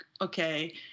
okay